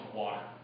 water